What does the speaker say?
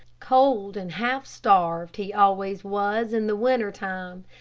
cold and half starved he always was in the winter time,